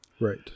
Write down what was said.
Right